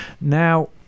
now